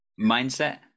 mindset